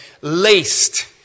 laced